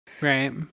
right